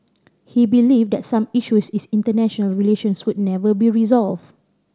he believed that some issues in international relations would never be resolved